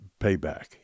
payback